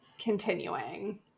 continuing